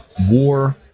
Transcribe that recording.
War